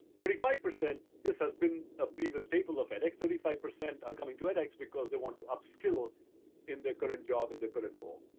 twenty five, this has been a previous staple of edx, thirty five percent are coming to edx because they want to upskill in their current job and the current role.